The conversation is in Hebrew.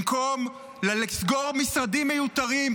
במקום לסגור משרדים מיותרים,